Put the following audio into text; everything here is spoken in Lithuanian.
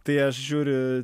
tai aš žiūriu